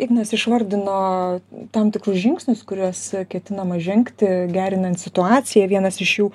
ignas išvardino tam tikrus žingsnius kuriuos ketinama žengti gerinant situaciją vienas iš jų